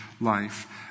life